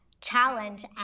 challenge